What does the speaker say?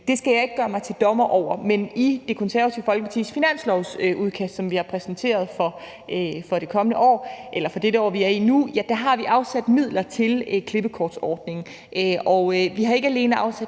Det skal jeg ikke gøre mig til dommer over, men i Det Konservative Folkepartis finanslovsudkast for det år, som vi er i nu, har vi afsat midler til klippekortsordningen. Vi har ikke alene afsat